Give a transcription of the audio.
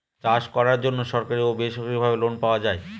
চাষ করার জন্য সরকারি ও বেসরকারি ভাবে লোন পাওয়া যায়